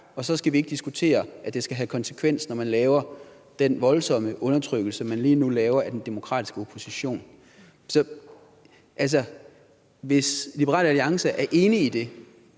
og så skal vi ikke diskutere, om det skal have konsekvenser, at man laver den voldsomme undertrykkelse, man lige nu laver, af den demokratiske opposition. Så hvis Liberal Alliance er enig i det,